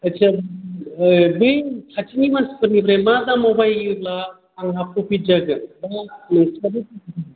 आटसा बै खाथिनि मानसिफोरनिफ्राय मा दामाव बायोब्ला आंहा फ्रफिद जागोन